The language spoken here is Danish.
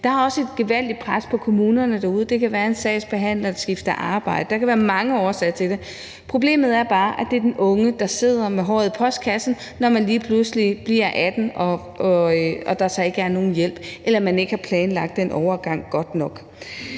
Der er også et gevaldigt pres på kommunerne derude. Det kan være en sagsbehandler, der skifter arbejde, eller der kan være mange årsager til det. Problemet er bare, at det er den unge, der står med håret i postkassen, når vedkommende lige pludselig bliver 18 år og der så ikke er nogen hjælp eller man ikke har planlagt den overgang godt nok.